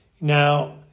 Now